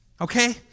Okay